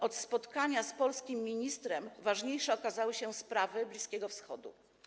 Od spotkania z polskim ministrem ważniejsze okazały się sprawy Bliskiego Wschodu.